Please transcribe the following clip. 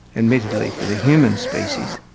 admittedly for the human species,